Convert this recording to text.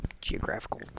geographical